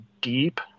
deep